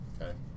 Okay